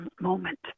moment